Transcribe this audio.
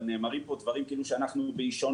אבל נאמרים פה דברים כאילו אנחנו פועלים באישון